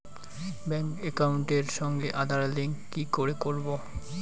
Bank একাউন্টের সঙ্গে Aadhaar link কি করে করবো?